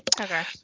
okay